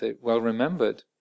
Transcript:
well-remembered